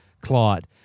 Claude